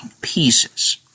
pieces